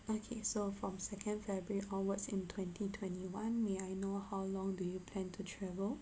okay so from second february onwards in twenty twenty one may I know how long do you plan to travel